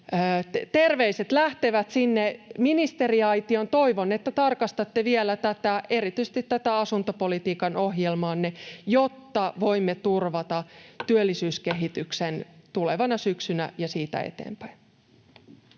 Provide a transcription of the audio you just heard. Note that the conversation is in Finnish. terveiset lähtevät sinne ministeriaitioon. Toivon, että tarkastatte vielä erityisesti tätä asuntopolitiikan ohjelmaanne, jotta voimme turvata työllisyyskehityksen tulevana syksynä ja siitä eteenpäin.